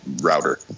router